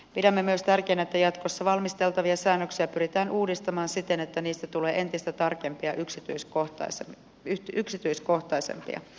pidämme myös tärkeänä että jatkossa valmisteltavia säännöksiä pyritään uudistamaan siten että niistä tulee entistä tarkempia ja yksityiskohtaisempia